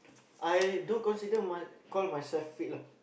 I don't consider my call myself fit lah